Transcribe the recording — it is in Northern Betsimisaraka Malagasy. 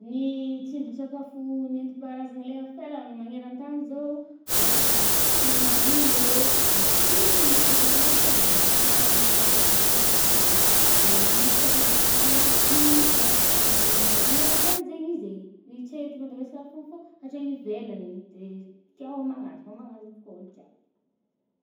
Ny tsindrin-tsakafo nenti-paharazagna le afela maneran-tagny zao o, ôhatra crème brulé, matsiro igny i. fandraôgna azy kô miavaka amy le mazatra andavanandro. De magniry koà zah mba te hanagny, ti hinagny zay. Sady ih maneran-tagny zaigny izy e,i tsa eto Madagasikara fôgna fô hatrany ivelagny ih. De za tià hômagna azy, hômagna azy avokô olo jiaby.